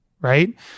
right